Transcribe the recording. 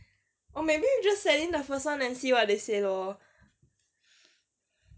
or maybe you just send in the first one and see what they say lor